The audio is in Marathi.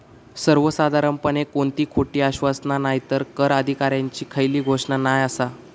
सर्वसाधारणपणे कोणती खोटी आश्वासना नायतर कर अधिकाऱ्यांची खयली घोषणा नाय आसा